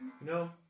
no